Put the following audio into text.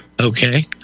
Okay